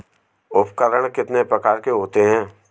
उपकरण कितने प्रकार के होते हैं?